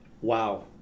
wow